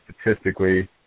statistically